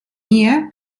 year